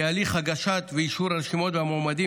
כי הליך הגשת ואישור הרשימות והמועמדים